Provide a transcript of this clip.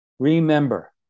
Remember